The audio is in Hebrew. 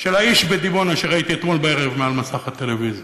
של האיש בדימונה שראיתי אתמול בערב מעל מסך הטלוויזיה,